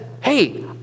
hey